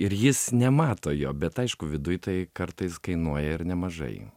ir jis nemato jo bet aišku viduj tai kartais kainuoja ir nemažai